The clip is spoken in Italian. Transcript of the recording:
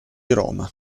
roma